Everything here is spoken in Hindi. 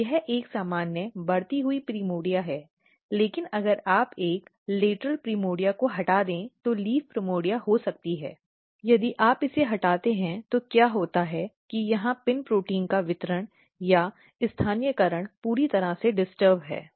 यह एक सामान्य बढ़ती हुई प्राइमर्डिया है लेकिन अगर आप एक लेटरल प्राइमर्डिया को हटा दें जो पत्ती प्राइमर्डिया हो सकती है यदि आप अभी इसे हटाते हैं तो क्या होता है कि यहां PIN प्रोटीन का वितरण या स्थानीयकरण पूरी तरह से डिस्टर्ब है